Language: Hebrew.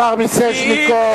השר מיסז'ניקוב,